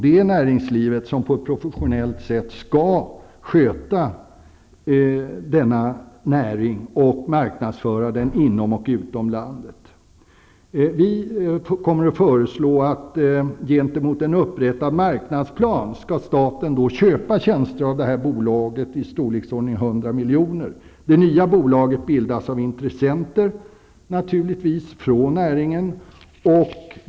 Det är näringslivet som på ett professionellt sätt skall sköta denna näring och marknadsföra den inom och utom landet. Vi kommer att föreslå att staten gentemot en upprättad marknadsplan skall köpa tjänster av det här bolaget i storleksordningen 100 miljoner. Det nya bolaget bildas naturligtvis av intressenter från näringen.